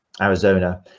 Arizona